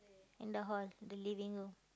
in the hall the living room